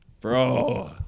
Bro